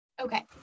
Okay